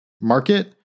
Market